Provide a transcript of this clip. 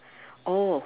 oh